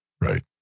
Right